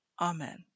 amen